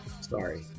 Sorry